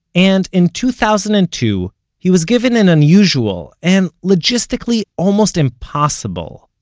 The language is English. and in two thousand and two he was given an unusual, and logistically almost impossible,